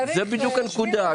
זו בדיוק הנקודה.